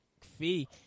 Fee